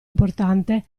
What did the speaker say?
importante